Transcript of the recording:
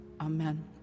Amen